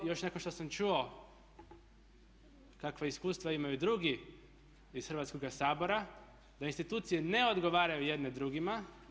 Još nakon što sam čuo kakva iskustva imaju drugi iz Hrvatskoga sabora, da institucije ne odgovaraju jedne drugima.